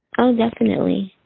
oh, definitely.